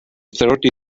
thirty